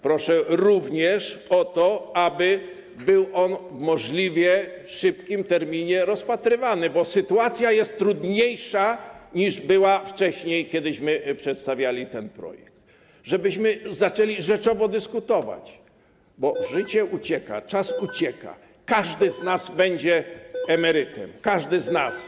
Proszę również o to, aby był on w możliwie szybkim terminie rozpatrywany, bo sytuacja jest trudniejsza, niż była wcześniej, kiedy przedstawialiśmy ten projekt, żebyśmy mogli zacząć rzeczowo dyskutować, bo życie ucieka, czas ucieka, a każdy z nas będzie emerytem, każdy z nas.